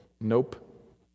nope